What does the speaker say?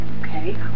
okay